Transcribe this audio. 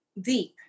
deep